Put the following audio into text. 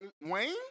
Wayne